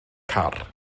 car